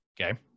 Okay